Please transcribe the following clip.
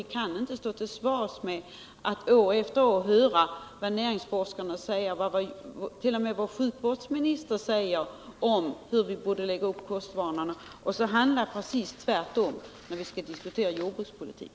Vi kan inte stå till svars med att år efter år höra vad näringsforskarna och vår egen sjukvårdsminister säger om hur vi borde lägga upp kostvanorna och så handla precis tvärtom i vår jordbrukspolitik.